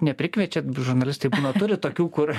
neprikviečiat žurnalistai turi tokių kur